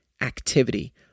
activity